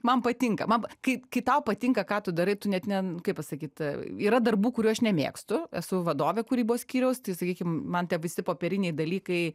man patinka man kai kai tau patinka ką tu darai tu net ne kaip pasakyt yra darbų kurių aš nemėgstu esu vadovė kūrybos skyriaus tai sakykim man tie visi popieriniai dalykai